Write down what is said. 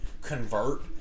convert